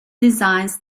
designs